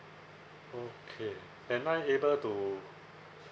okay am I able to